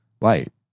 Light